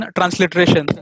Transliteration